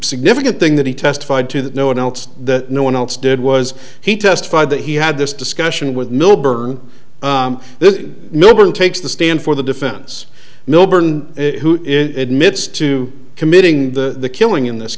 significant thing that he testified to that no one else that no one else did was he testified that he had this discussion with milburn this millburn takes the stand for the defense millburn in admits to committing the killing in this